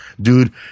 Dude